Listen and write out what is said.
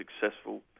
successful